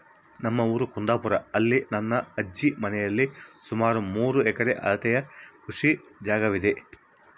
ನಮ್ಮ ಊರು ಕುಂದಾಪುರ, ಅಲ್ಲಿ ನನ್ನ ಅಜ್ಜಿ ಮನೆಯಲ್ಲಿ ಸುಮಾರು ಮೂರು ಎಕರೆ ಅಳತೆಯ ಕೃಷಿ ಜಾಗವಿದೆ